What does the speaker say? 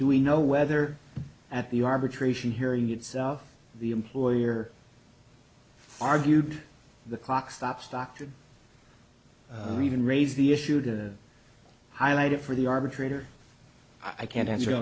do we know whether at the arbitration hearing itself the employer argued the clock stops doctor even raise the issue to highlight it for the arbitrator i can't answer th